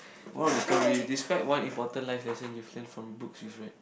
moral of the story describe one important life lesson you've learnt from books you've read